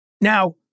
Now